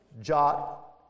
jot